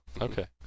Okay